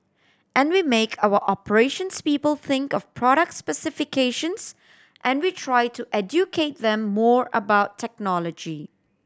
and we make our operations people think of product specifications and we try to educate them more about technology